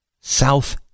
South